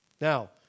Now